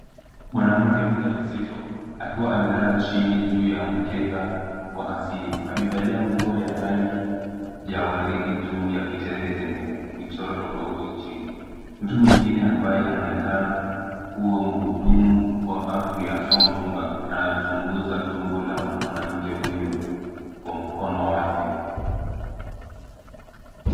Mwanamke mjamzito akiwa amelala chini juu ya mkeka wa asili. Amevalia nguo ya rangi ya waridi juu ya kitenge chenye michoro tofauti chini. Mtu mwingine ambaye anaonekana kuwa mhudumu wa afya au mkunga anachunguza tumbo la mwanamke huyo kwa mkono wake.